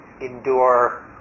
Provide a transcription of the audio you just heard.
endure